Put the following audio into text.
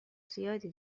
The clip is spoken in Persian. زیادی